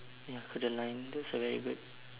ya kodaline that's a very good